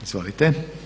Izvolite.